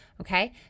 okay